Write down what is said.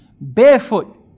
barefoot